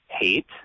hate